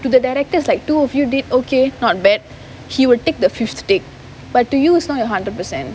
so the director's like two of you did okay not bad he would take the fifth take but to you it's not your hundred percent